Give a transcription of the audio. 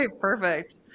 Perfect